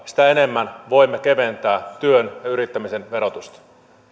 sitä enemmän voimme keventää työn ja yrittämisen verotusta